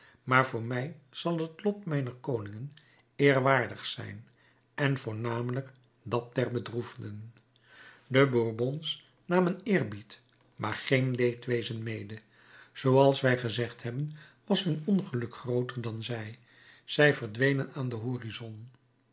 maar voor mij zal het lot mijner koningen eerwaardig zijn en voornamelijk dat der bedroefden de bourbons namen eerbied maar geen leedwezen mede zooals wij gezegd hebben was hun ongeluk grooter dan zij zij verdwenen aan den horizon